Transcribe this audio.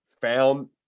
found